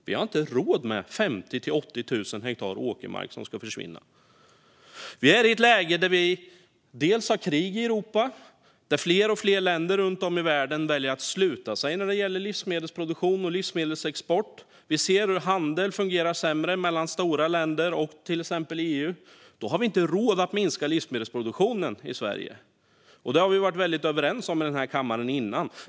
Vi har inte råd med att 50 000 till 80 000 hektar åkermark försvinner. Vi är i ett läge där vi har krig i Europa. Fler och fler länder runt om i världen väljer att sluta sig när det gäller livsmedelsproduktion och livsmedelsexport. Vi ser hur handeln fungerar sämre mellan stora länder och till exempel EU. Då har vi inte råd att minska livsmedelsproduktionen i Sverige. Detta har vi varit väldigt överens om i denna kammare innan.